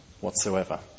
whatsoever